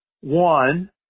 One